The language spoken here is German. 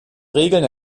regeln